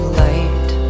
light